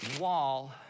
Wall